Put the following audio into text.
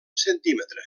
centímetre